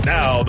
Now